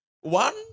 One